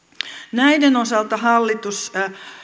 näiden osalta hallitus